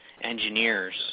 engineers